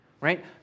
right